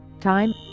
Time